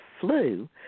flu